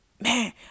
man